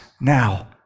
now